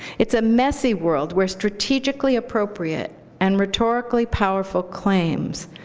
it's a messy world where strategically appropriate and rhetorically powerful claims,